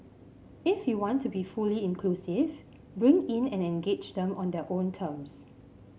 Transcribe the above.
if you want to be fully inclusive bring in and engage them on their own terms